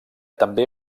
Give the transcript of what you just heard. també